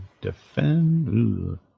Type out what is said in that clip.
defend